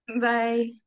Bye